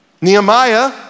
Nehemiah